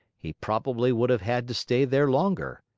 he probably would have had to stay there longer.